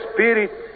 Spirit